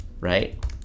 Right